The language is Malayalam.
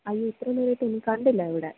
അയ്യോ ഇത്രയും നേരമായിട്ടൊന്നും കണ്ടില്ല ഇവിടെ